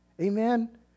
Amen